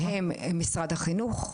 שהם משרד החינוך,